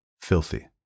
Filthy